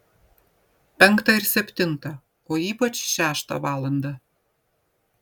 penktą ir septintą o ypač šeštą valandą